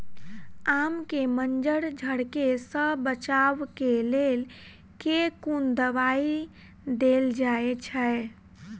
आम केँ मंजर झरके सऽ बचाब केँ लेल केँ कुन दवाई देल जाएँ छैय?